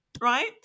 right